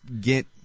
get